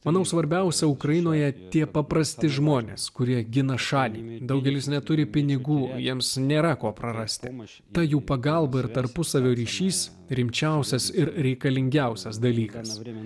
manau svarbiausia ukrainoje tie paprasti žmonės kurie gina šalį daugelis neturi pinigų jiems nėra ko prarasti aš tą jų pagalba ir tarpusavio ryšys rimčiausias ir reikalingiausias dalykas kuriame